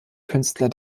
künstler